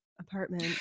apartment